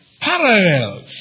parallels